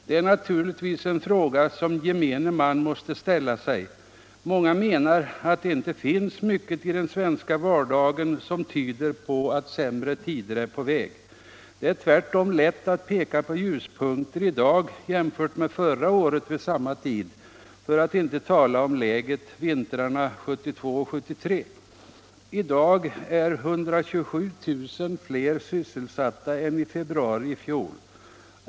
Det är naturligtvis en fråga som gemene man måste ställa sig. Många menar att det inte finns mycket i den svenska vardagen som tyder på att sämre tider är på väg. Det är tvärtom lätt att peka på ljuspunkter i dag jämfört med förra året vid samma tid — för att inte tala om läget vintrarna 1972 och 1973. I dag är 127 000 fler sysselsatta än i februari i fjol.